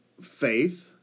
faith